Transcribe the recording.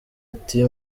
ati